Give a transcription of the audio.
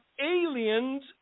aliens